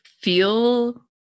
feel